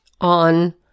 on